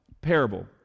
parable